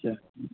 अच्छा